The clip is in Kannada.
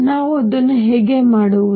ನಾವು ಅದನ್ನು ಹೇಗೆ ಮಾಡುವುದು